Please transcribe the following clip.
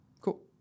Cool